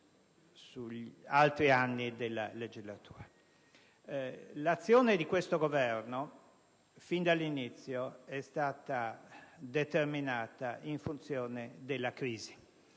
sugli altri anni della legislatura. L'azione di questo Governo fin dall'inizio è stata determinata in funzione della crisi.